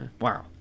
Wow